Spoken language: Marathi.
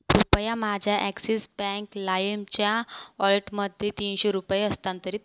कृपया माझ्या ॲक्सिस बँक लाईमच्या वॉलेटमध्ये तीनशे रुपये हस्तांतरित